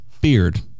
beard